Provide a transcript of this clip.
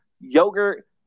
yogurt